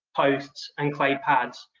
posts, and clay pads.